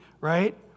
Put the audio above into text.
right